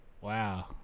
Wow